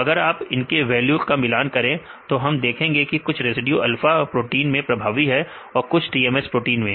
अगर आप इनके वैल्यू का मिलान करें तो हम देखेंगे कि कुछ रेसिड्यू अल्फा प्रोटीन में प्रभावी हैं और कुछ TMS प्रोटीन में